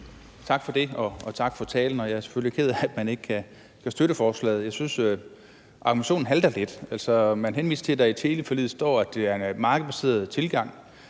Tak for det, og tak for talen. Jeg er selvfølgelig ked af, at man ikke kan støtte forslaget. Jeg synes, argumentationen halter lidt. Man henviser til, at der står i teleforliget, at det er en markedsbaseret tilgang.